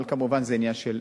אבל כמובן שזה עניין של תפיסה.